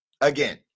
again